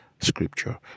Scripture